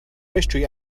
mystery